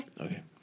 Okay